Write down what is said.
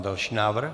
Další návrh.